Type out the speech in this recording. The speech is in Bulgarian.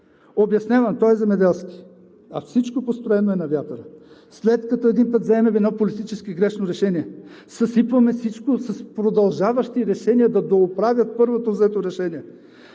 Обяснявам: той е земеделски, а всичко построено е на вятъра. След като един път вземем едно политически грешно решение, съсипваме всичко с продължаващи решения да дооправят първото взето решение.